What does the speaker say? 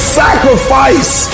sacrifice